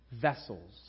vessels